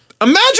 imagine